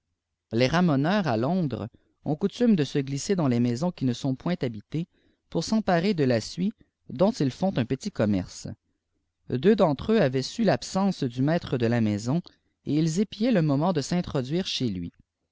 les ïamoneurs à londres oîk coutume xle se pisser daa les maisons qui ne sont point habitée pmrvemparer fe k suie doik font un petit commercje beuk d'entre eux avai su vàmnc du maître de k maison fls épiaiat le nomen de s'introduire hez lui